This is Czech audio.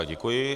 Děkuji.